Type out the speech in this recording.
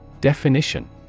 Definition